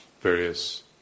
various